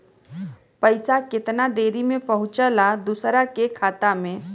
पैसा कितना देरी मे पहुंचयला दोसरा के खाता मे?